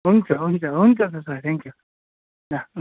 हुन्छ हुन्छ हुन्छ त सर थ्याङ्क यू ल